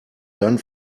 dann